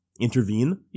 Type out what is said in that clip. intervene